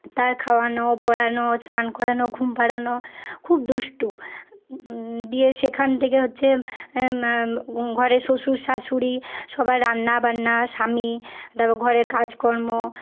তার খাওয়ানো পড়ানো স্নান করানো ঘুম পাড়ানো খুব দুষ্টু দিয়ে সেখান থেকে হচ্ছে ঘরে শ্বশুর শাশুড়ি সবার রান্না বান্না স্বামী তারপর ঘরে কাজ কর্ম